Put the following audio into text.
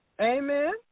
Amen